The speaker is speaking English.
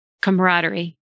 camaraderie